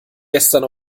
gestern